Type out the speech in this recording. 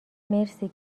مرسی